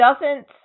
doesn't-